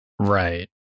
Right